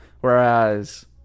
whereas